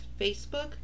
Facebook